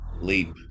leap